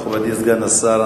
מכובדי סגן השר,